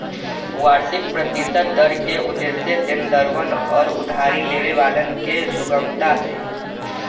वार्षिक प्रतिशत दर के उद्देश्य देनदरवन और उधारी लेवे वालन के सुगमता हई